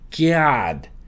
god